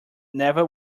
never